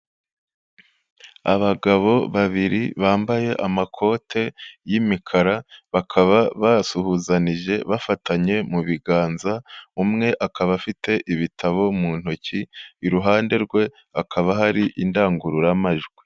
Abagabo babiri bambaye amakote y'imikara bakaba basuhuzanije bafatanye mu biganza, umwe akaba afite ibitabo mu ntoki, iruhande rwe hakaba hari indangururamajwi.